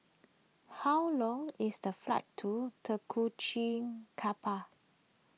how long is the flight to Tegucigalpa